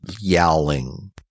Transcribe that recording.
yowling